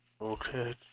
Okay